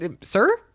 sir